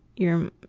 your,